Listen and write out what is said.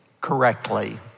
correctly